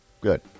good